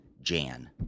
Jan